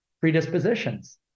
predispositions